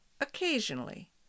occasionally